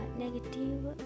negative